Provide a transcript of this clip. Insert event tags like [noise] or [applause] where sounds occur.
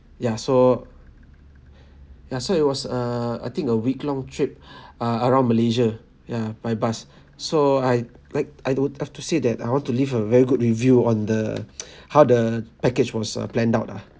ya so ya so it was a I think a week long trip [breath] ah around malaysia ya by bus so I like I don't I've to say that I want to leave a very good review on the [breath] [noise] how the package was uh planned out ah